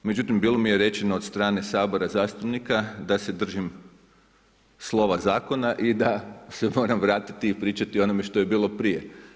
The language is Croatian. Međutim, bilo mi je rečeno od strane Sabora, zastupnika, da se držim slova zakona i da se moram vratiti i pričati o onome što je bilo prije.